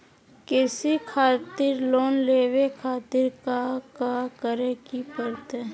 कृषि खातिर लोन लेवे खातिर काका करे की परतई?